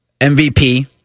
MVP